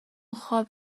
خواب